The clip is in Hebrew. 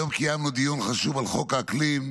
היום קיימנו דיון חשוב על חוק האקלים.